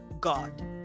God